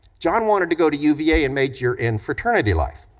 john wanted to go to uva and major in fraternity life.